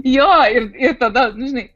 jo ir tada žinai